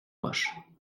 roches